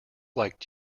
liked